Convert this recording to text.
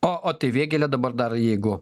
o o tai vėgėlė dabar dar jeigu